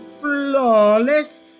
flawless